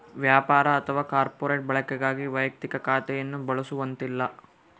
ವ್ಯಾಪಾರ ಅಥವಾ ಕಾರ್ಪೊರೇಟ್ ಬಳಕೆಗಾಗಿ ವೈಯಕ್ತಿಕ ಖಾತೆಯನ್ನು ಬಳಸುವಂತಿಲ್ಲ